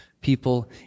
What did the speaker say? people